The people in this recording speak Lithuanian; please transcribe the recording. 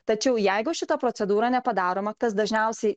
tačiau jeigu šita procedūra nepadaroma kas dažniausiai